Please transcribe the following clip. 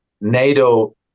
nato